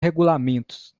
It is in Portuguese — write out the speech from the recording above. regulamentos